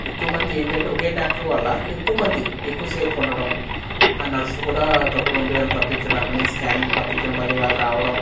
ఎక్కువమంది ఏంటంటే ఒకే డాక్టర్ వల్ల ఎక్కువమంది ఎక్కువసేపు ఉండడం ఆ నర్సులు కూడా తక్కువ ఉండి వీళ్ళని పంపించడం అక్కడ నుండి స్కానింగ్కి పంపించడం మళ్ళీ వాళ్ళు రావడం